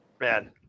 man